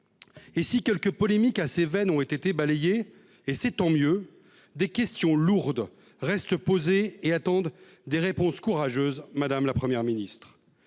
Et si quelques polémiques à ses veines ont été balayés et c'est tant mieux. Des questions lourdes restent posées et attendent des réponses courageuses madame, la Première ministre.